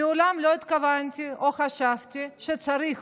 מעולם לא התכוונתי או חשבתי שצריך